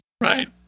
Right